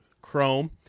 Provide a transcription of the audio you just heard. Chrome